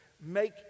make